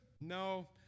no